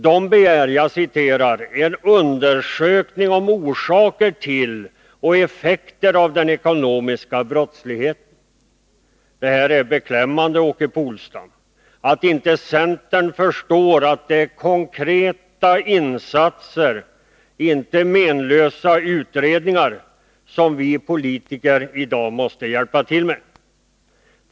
De begär ”en undersökning av orsaker till och effekter av den ekonomiska brottsligheten”. Det är beklämmande, Åke Polstam, att centern inte förstår att det är konkreta insatser, inte menlösa utredningar, som vi politiker i dag måste hjälpa till med.